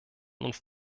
uns